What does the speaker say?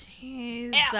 Jesus